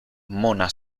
mona